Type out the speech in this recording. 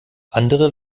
andere